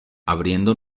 abriendo